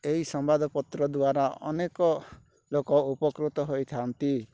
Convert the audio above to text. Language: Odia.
ଏହି ସମ୍ବାଦପତ୍ର ଦ୍ଵାରା ଅନେକ ଲୋକ ଉପକୃତ ହୋଇଥାଆନ୍ତି